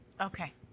Okay